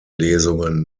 lesungen